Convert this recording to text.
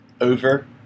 Over